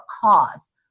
cause